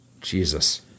Jesus